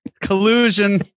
Collusion